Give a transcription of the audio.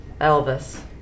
Elvis